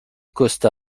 costa